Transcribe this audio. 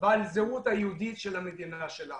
ועל הזהות היהודית של המדינה שלנו.